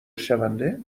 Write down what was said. شونده